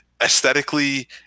Aesthetically